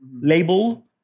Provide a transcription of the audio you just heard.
label